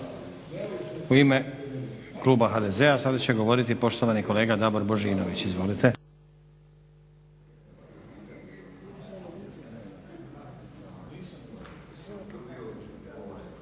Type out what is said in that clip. U ime Kluba HDZ-a sada će govoriti poštovani kolega Davor Božinović. Izvolite.